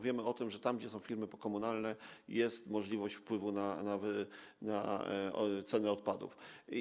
Wiemy o tym, że tam gdzie są firmy pokomunalne, jest możliwość wpływu na ceny w zakresie odpadów.